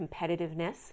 competitiveness